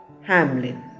Hamlin